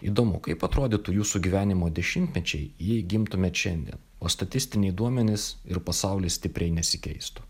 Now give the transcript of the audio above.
įdomu kaip atrodytų jūsų gyvenimo dešimtmečiai jei gimtumėt šiandien o statistiniai duomenys ir pasaulis stipriai nesikeistų